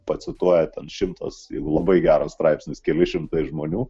pacituoja ten šimtas labai geras straipsnis keli šimtai žmonių